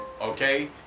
okay